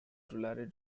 tulare